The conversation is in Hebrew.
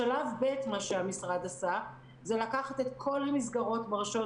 בשלב ב' מה שהמשרד עשה זה לקחת את כל המסגרות ברשויות